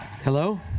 Hello